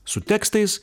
su tekstais